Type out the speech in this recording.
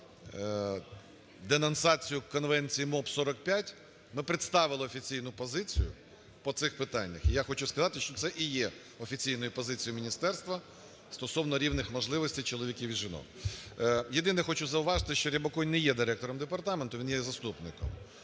денонсацію Конвенції МОП № 45. Ми представили офіційну позицію по цих питаннях. І я хочу сказати, що це і є офіційною позицією міністерства стосовно рівних можливостей чоловіків і жінок. Єдине хочу зауважити, що Рябоконь не є директором департаменту, він є заступником.